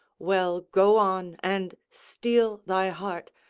well, go on, and steel thy heart,